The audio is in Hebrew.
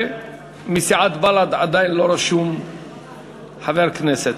ומסיעת בל"ד עדיין לא רשום חבר כנסת.